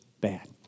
bad